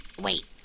Wait